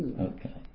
Okay